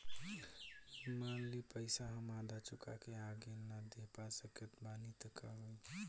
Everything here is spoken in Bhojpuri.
मान ली पईसा हम आधा चुका के आगे न दे पा सकत बानी त का होई?